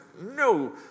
no